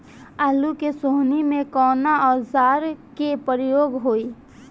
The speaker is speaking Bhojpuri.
आलू के सोहनी में कवना औजार के प्रयोग होई?